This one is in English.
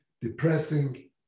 depressing